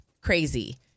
crazy